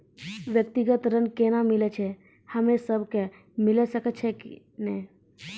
व्यक्तिगत ऋण केना मिलै छै, हम्मे सब कऽ मिल सकै छै कि नै?